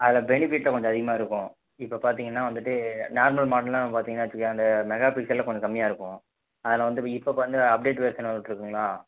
அதில் பெனிஃபிட் கொஞ்சம் அதிகமாயிருக்கும் இப்போ பார்த்தீங்கன்னா வந்துட்டு நார்மல் மாடல்ன்னால் பார்த்தீங்கனா வைச்சுக்கோயேன் அந்த மெகா பிக்சலில் கொஞ்சம் கம்மியாயிருக்கும் அதில் வந்து இப்போ வந்து அப்டேட் வெர்ஷன் வந்துகிட்ருக்குங்களா